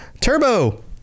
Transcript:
Turbo